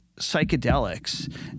psychedelics